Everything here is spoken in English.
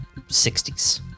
60s